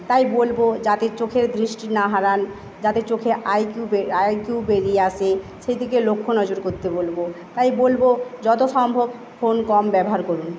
তাই বলবো যাতে চোখের দৃষ্টি না হারান যাতে চোখে আই কিউ আই কিউ বেড়িয়ে আসে সেদিকে লক্ষ্য নজর করতে বলবো তাই বলবো যত সম্ভব ফোন কম ব্যবহার করুন